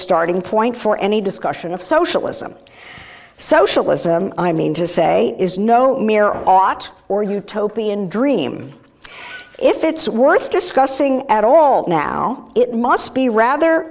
starting point for any discussion of socialism socialism i mean to say is no mere aught or utopian dream if it's worth discussing at all now it must be rather